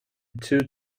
two